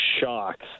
shocked